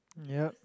yup